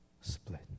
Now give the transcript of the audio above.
split